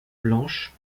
blanches